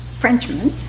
frenchman.